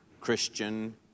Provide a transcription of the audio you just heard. Christian